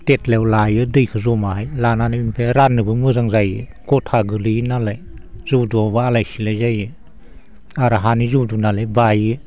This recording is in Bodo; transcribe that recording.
केटलियाव लायो दैखौ जमाहाय लानानै ओमफ्राय राननोबो मोजां जायो गथा गोग्लैयो नालाय जौदुआवबा आलाय सिलाय जायो आरो हानि जौदु नालाय बायो